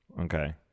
Okay